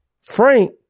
Frank